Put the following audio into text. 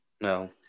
No